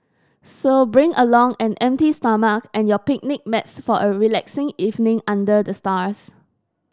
so bring along an empty stomach and your picnic mats for a relaxing evening under the stars